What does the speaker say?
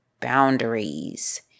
boundaries